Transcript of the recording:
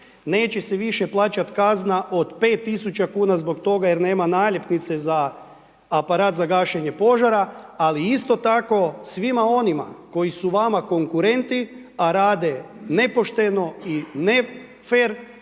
neće se više plaćati kazna od 5.000 kuna zbog toga jer nema naljepnice za aparat za gašenje požara, ali isto tako svima onima koji su vama konkurenti a rade nepošteno i nefer